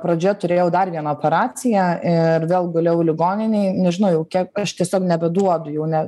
pradžioje turėjau dar vieną operaciją ir vėl gulėjau ligoninėj nežinau jau kiek aš tiesiog nebeduodu jau ne